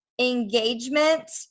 engagement